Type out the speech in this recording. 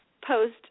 post